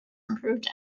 improved